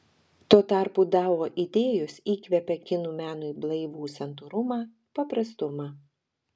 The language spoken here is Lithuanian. tuo tarpu dao idėjos įkvepia kinų menui blaivų santūrumą paprastumą